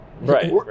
right